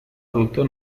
adulto